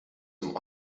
dem